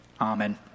Amen